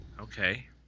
Okay